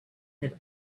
had